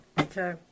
Okay